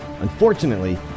Unfortunately